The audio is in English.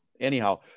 anyhow